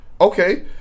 okay